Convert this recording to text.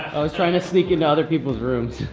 i was trying to sneak into other people's rooms.